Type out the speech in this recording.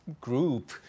group